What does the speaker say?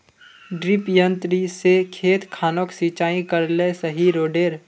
डिरिपयंऋ से खेत खानोक सिंचाई करले सही रोडेर?